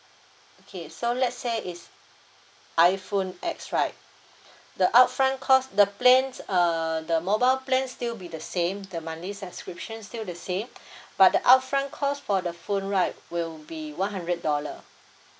okay so let's say is iphone X right the upfront cost the plan err the mobile plan still be the same the monthly subscription still the same but the upfront cost for the phone right will be one hundred dollar